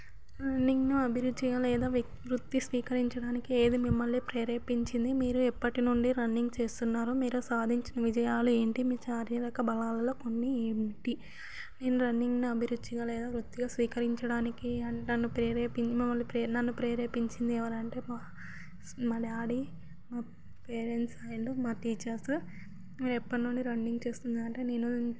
నేను అభిరుచి లేదా వృత్తి స్వీకరించడానికి ఏది మిమ్మల్ని ప్రేరేపించింది మీరు ఎప్పటినుండి రన్నింగ్ చేస్తున్నారో మీరు సాధించిన విజయాలు ఏంటి మీ శారీరక బలాలలో కొన్ని ఏమిటి నేను రన్నింగ్ని అభిరుచిగా లేదా వృత్తిగా స్వీకరించడానికి నన్ను ప్రేరణపి నన్ను ప్రేరేపించింది ఎవరు అంటే మా డాడీ మా పేరెంట్స్ అండ్ మా టీచర్స్ నేను ఎప్పటినుంచి రన్నింగ్ చేస్తున్నానంటే నేను